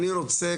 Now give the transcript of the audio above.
אני רוצה,